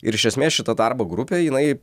ir iš esmės šita darbo grupė jinai